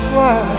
Fly